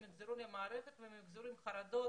הם יחזרו למערכת והם יחזרו עם חרדות.